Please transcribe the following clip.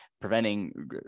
preventing